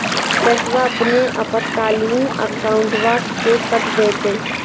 पैस्वा अपने आपातकालीन अकाउंटबा से कट जयते?